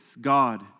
God